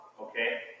Okay